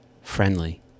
Friendly